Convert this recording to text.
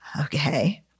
okay